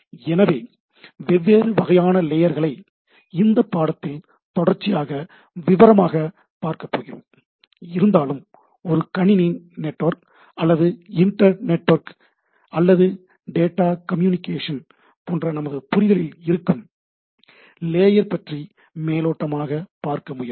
எனவே வெவ்வேறு வகையான லேயர்களை இந்தப் பாடத்திட்டத்தில் தொடர்ச்சியாக விவரமாக பார்க்கப் போகிறோம் இருந்தாலும் நாம் ஒரு கணினி நெட்வொர்க் அல்லது இன்டர் நெட்வொர்க்கிங் அல்லது டேட்டா கம்யூனிகேஷன் போன்ற நமது புரிதலில் இருக்கும் லேயர் பற்றி மேலோட்டமாக பார்க்க முயலுவோம்